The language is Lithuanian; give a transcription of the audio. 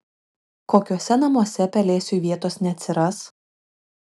kokiuose namuose pelėsiui vietos neatsiras